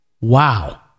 Wow